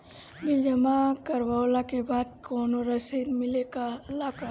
Bill जमा करवले के बाद कौनो रसिद मिले ला का?